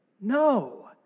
No